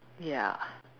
ya